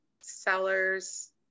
seller's